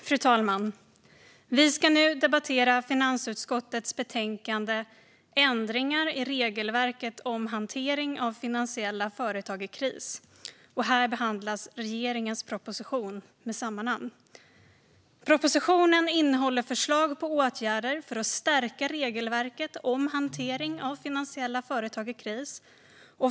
Fru talman! Vi ska nu debattera finansutskottets betänkande Ändringar i regelverket om hantering av finansiella företag i kris , och här behandlas regeringens proposition med samma namn. Propositionen innehåller förslag på åtgärder för att stärka regelverket om hantering av finansiella företag i kris.